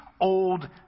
Old